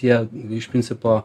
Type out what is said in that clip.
jie iš principo